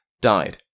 died